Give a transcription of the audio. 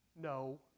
No